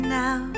now